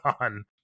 on